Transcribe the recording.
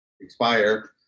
expire